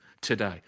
today